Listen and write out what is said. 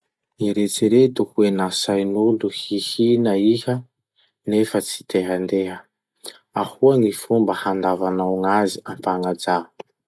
Eritsereto hoe nasain'olo hihina iha nefa tsy handeha. Ahoa gny fomba handavanao gn'azy ampagnaja?